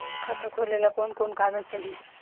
खाता खोलेला कवन कवन कागज चाहीं?